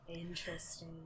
Interesting